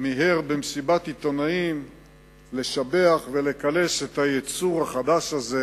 מיהר במסיבת עיתונאים לשבח ולקלס את הייצור החדש הזה,